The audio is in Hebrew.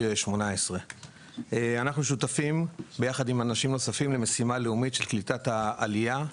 18. אנחנו שותפים יחד עם אנשים נוספים למשימה לאומית של קליטת העלייה.